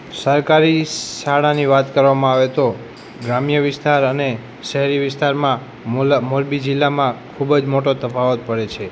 સરકારી શાળાની વાત કરવામાં આવે તો ગ્રામ્ય વિસ્તાર અને શહેરી વિસ્તારમાં મોલ મોરબી જિલ્લામાં ખૂબ જ મોટો તફાવત પડે છે